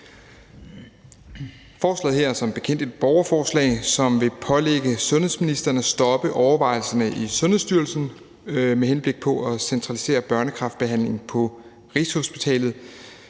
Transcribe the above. Forslaget her er som bekendt et borgerforslag, som vil pålægge sundhedsministeren at stoppe overvejelserne i Sundhedsstyrelsen om at centralisere børnekræftbehandlingen på Rigshospitalet,